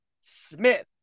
Smith